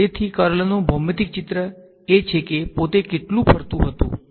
તેથી કર્લનું ભૌમિતિક ચિત્ર એ છે કે પોતે કેટલું ફરતું હતું